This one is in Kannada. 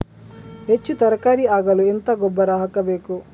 ಹೆಚ್ಚು ತರಕಾರಿ ಆಗಲು ಎಂತ ಗೊಬ್ಬರ ಹಾಕಬೇಕು?